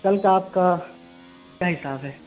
کل کا آپ کا کیا حساب ہے